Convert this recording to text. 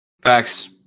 Facts